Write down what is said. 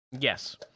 Yes